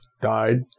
died